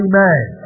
Amen